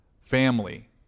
family